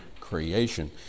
creation